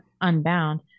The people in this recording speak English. Unbound